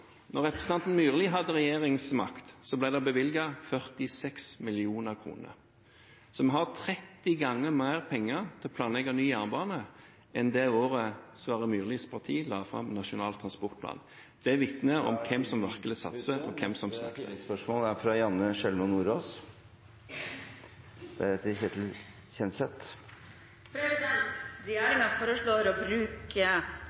representanten Myrlis parti hadde regjeringsmakt, ble det bevilget 46 mill. kr. Så vi har 30 ganger så mye penger til å planlegge ny jernbane for enn man hadde det året Sverre Myrlis parti la fram Nasjonal transportplan. Det vitner om hvem som virkelig